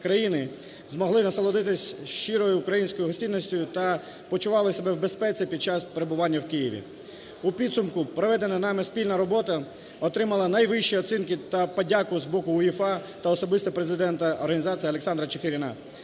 змогли насолодитись щирою українською гостинністю та почували себе в безпеці під час перебування в Києві. У підсумку: проведена нами спільна робота отримала найвищі оцінки та подяку з боку УЄФА та особисто президента організації Олександра Чеферіна,